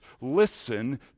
Listen